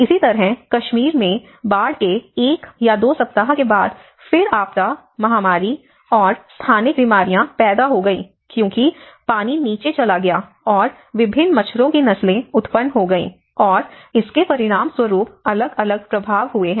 इसी तरह कश्मीर में बाढ़ के एक या दो सप्ताह के बाद फिर आपदा महामारी और स्थानिक बीमारियाँ पैदा हो गई क्योंकि पानी नीचे चला गया और विभिन्न मच्छरों की नस्लें उत्पन्न हो गई और इसके परिणामस्वरूप अलग अलग प्रभाव हुए हैं